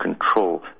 control